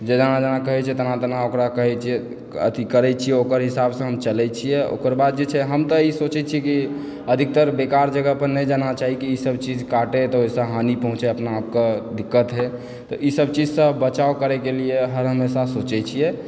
जेना जेना कहय छै तेना तेना ओकरा कहय छियै अथी करय छियै ओकर हिसाबसँ हम चलय छियै ओकर बाद तऽ हम सोचय छियै कि अधिकतर बेकार जगह पर नहि जाना चाही कि ईसभ चीज काटय तऽ ओहिसँ हानि पहुँचै अपना आपके दिक्कत होए तऽ ईसभ चीजसँ बचाव करयके लिए हम हमेशा सोचय छियै